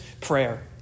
prayer